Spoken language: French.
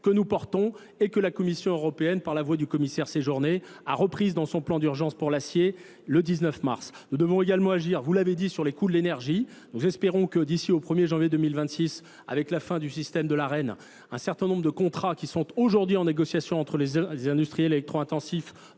que nous portons et que la Commission européenne, par la voix du commissaire Céjournay, a reprise dans son plan d'urgence pour l'acier le 19 mars. Nous devons également agir, vous l'avez dit, sur les coûts de l'énergie. Nous espérons que d'ici au 1er janvier 2026, avec la fin du système de la Rennes, un certain nombre de contrats qui sont aujourd'hui en négociation entre les industriels électro-intensifs,